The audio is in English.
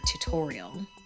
tutorial